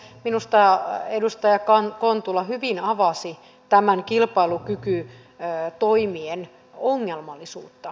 minusta edustaja kontula hyvin avasi tämän kilpailukykytoimien ongelmallisuutta